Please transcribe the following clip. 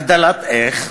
הגדלת, איך?